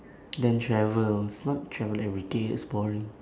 then travel not travel everyday it's boring